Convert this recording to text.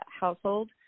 household